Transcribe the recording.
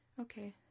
Okay